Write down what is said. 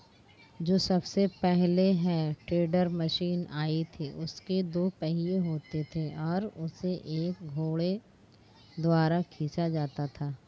जो सबसे पहले हे टेडर मशीन आई थी उसके दो पहिये होते थे और उसे एक घोड़े द्वारा खीचा जाता था